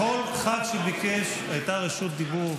לכל ח"כ שביקש הייתה רשות דיבור.